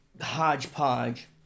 hodgepodge